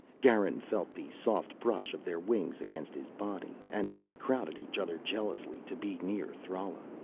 garin felt the soft brush of their wings against his body. and they crowded each other jealously to be near thrala.